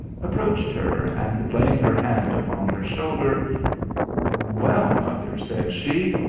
approached her, and laying her hand upon her shoulder well, mother, said she,